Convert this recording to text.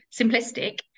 simplistic